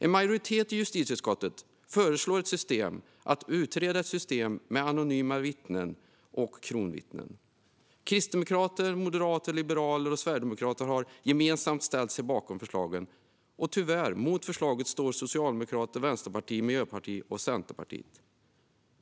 En majoritet i justitieutskottet föreslår att ett system med anonyma vittnen och kronvittnen ska utredas. Kristdemokraterna, Moderaterna, Liberalerna och Sverigedemokraterna har gemensamt ställt sig bakom detta förslag. Mot förslaget står tyvärr Socialdemokraterna, Vänsterpartiet, Miljöpartiet och Centerpartiet.